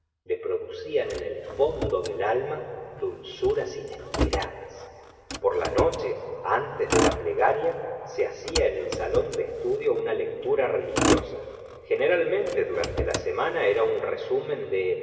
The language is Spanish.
le producían en el fondo del alma dulzuras inesperadas por la noche antes de la plegaria se hacía en el gustavo flaubert salón de estudio una lectura religiosa generalmente durante la semana era un resumen de